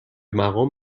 مقام